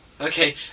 okay